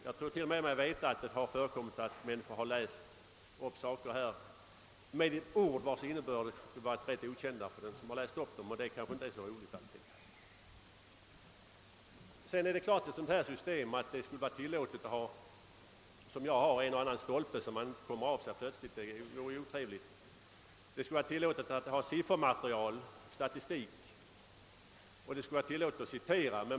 Jag tror mig till och med veta att det förekommit att ledamöter har läst upp ord, vilkas innebörd varit rätt okänd för dem, och det har kanske inte alltid varit så särskilt tillfredsställande. Sedan är det klart att man även vid införande av det av mig föreslagna systemet skulle vara berättigad att ha en och annan stolpe till sin hjälp, så att man inte plötsligt kommer av sig. Det skulle vara tillåtet att ha siffermaterial och statistik till sitt förfogande, och det skulle vara tillåtet att citera.